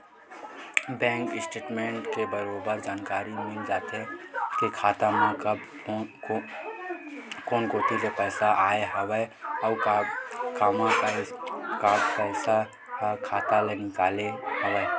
bank statement ले बरोबर जानकारी मिल जाथे के खाता म कब कोन कोती ले पइसा आय हवय अउ कब पइसा ह खाता ले निकले हवय